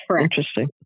Interesting